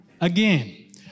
again